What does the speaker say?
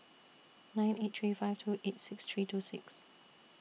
nine eight three five two eight six three two six